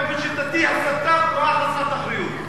באופן שיטתי, הסתה פרועה, חסרת אחריות.